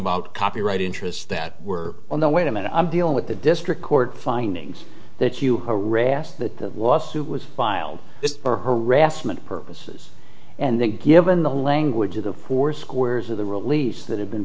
about copyright interests that were on the wait a minute i'm dealing with the district court findings that you harass the lawsuit was filed this or harassment purposes and then given the language of the four squares of the release that have been